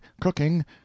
cooking